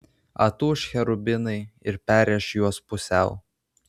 atūš cherubinai ir perrėš juos pusiau